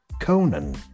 conan